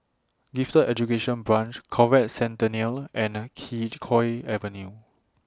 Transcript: Gifted Education Branch Conrad Centennial and Kee Choe Avenue